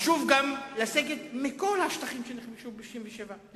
חשוב גם לסגת מכל השטחים שנכבשו ב-1967,